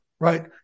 right